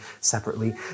separately